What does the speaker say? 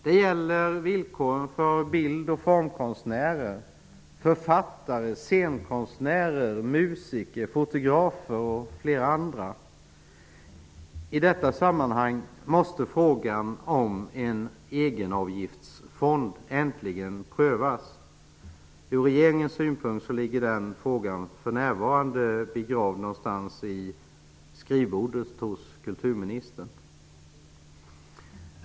Det gäller villkoren för bild och formkonstnärer, författare, scenkonstnärer, musiker, fotografer och flera andra. I detta sammanhang måste frågan om en egenavgiftsfond äntligen prövas. För regeringens del ligger den frågan för närvarande begravd någonstans i skrivbordet hos kulturministern.